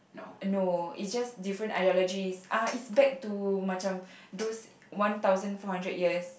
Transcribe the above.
no it's just different ideologies uh it's back to macam those one thousand four hundred years